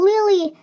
Lily